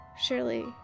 Surely